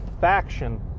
faction